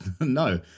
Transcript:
no